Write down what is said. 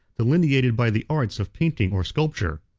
delineated by the arts of painting or sculpture.